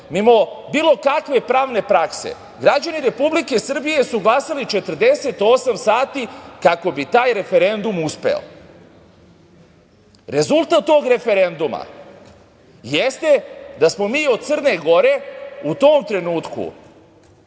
mimo bilo kakve pravne prakse građani Republike Srbije su glasali 48 sati kako bi taj referendum uspeo. Rezultat tog referenduma jeste da smo mi od Crne Gore u tom trenutku,